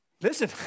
Listen